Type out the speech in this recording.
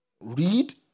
Read